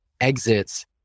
exits